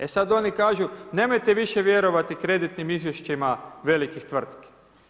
E sad oni kažu, nemojte više vjerovati kreditnim izvješćima velikih tvrtki.